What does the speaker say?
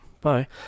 Bye